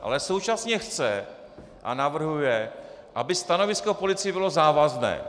Ale současně chce a navrhuje, aby stanovisko policie bylo závazné.